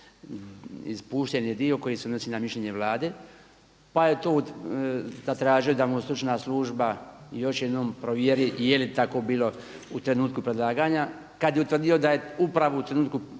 ispušten je dio koji se odnosi na mišljenje Vlade pa je to zatražio da mu stručna služba još jednom provjeri je li tako bilo u trenutku predlaganja. Kada je utvrdio da je upravo u trenutku, kada je